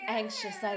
anxious